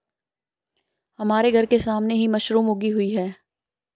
हमारे घर के सामने ही मशरूम उगी हुई है